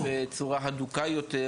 במעקב אחרי הנושא הזה בצורה הדוקה יותר.